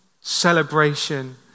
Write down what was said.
celebration